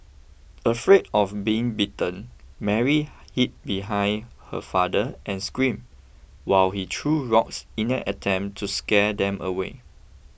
afraid of being bitten Mary hid behind her father and screamed while he threw rocks in an attempt to scare them away